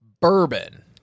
bourbon